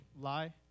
lie